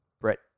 Brett